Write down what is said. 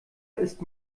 ist